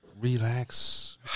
relax